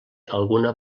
alguna